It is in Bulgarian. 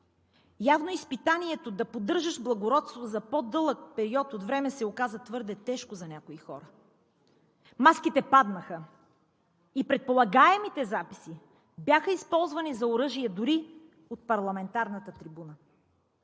Явно, изпитанието да поддържаш благородство за по-дълъг период от време се оказа твърде тежко за някои хора. Маските паднаха и предполагаемите записи бяха използвани за оръжие дори от парламентарната трибуна.